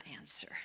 answer